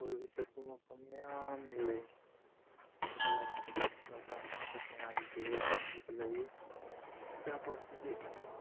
ꯀꯣꯏꯕ ꯆꯠꯄ ꯃꯐꯝ ꯃꯌꯥꯝ ꯂꯩ ꯑꯗꯨꯒ ꯂꯣꯛꯇꯥꯛ ꯄꯥꯠ ꯆꯠꯄꯀꯥꯟꯗꯗꯤ ꯍꯦꯟꯅ ꯐꯖꯕ ꯂꯩ ꯂꯣꯛꯇꯥꯛ ꯄꯥꯠꯇꯗꯤ